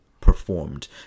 performed